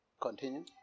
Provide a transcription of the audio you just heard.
Continue